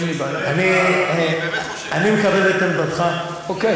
אני באמת חושב כך.